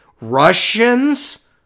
Russians